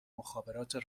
مخابرات